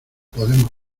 podemos